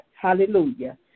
Hallelujah